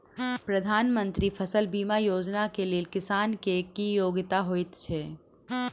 प्रधानमंत्री फसल बीमा योजना केँ लेल किसान केँ की योग्यता होइत छै?